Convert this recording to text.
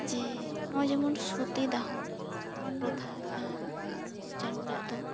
ᱡᱮ ᱦᱚᱭ ᱡᱮᱢᱚᱱ ᱥᱚᱛᱤᱫᱟᱦᱚ ᱯᱚᱛᱷᱟ ᱡᱟᱦᱟᱸ ᱠᱚ ᱪᱟᱹᱞᱩ ᱞᱮᱫ ᱫᱚ